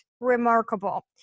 remarkable